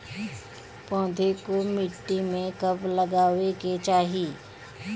पौधे को मिट्टी में कब लगावे के चाही?